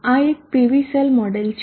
આ એક PV cell model છે